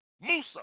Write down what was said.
Musa